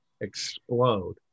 explode